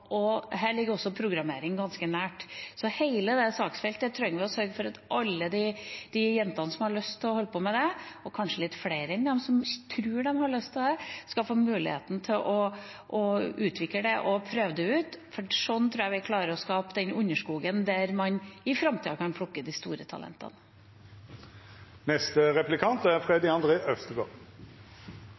framover. Her ligger også programmering ganske nært. På hele dette saksfeltet trenger vi å sørge for at alle jentene som har lyst til å holde på med det – og kanskje litt flere enn de som tror de har lyst til det – skal få mulighet til å utvikle og prøve det ut. Sånn tror jeg vi klarer å skape den underskogen man i framtida kan plukke de store talentene fra. I den norske likestillingskampen har kvotering vært et viktig virkemiddel, som har bidratt til at vi er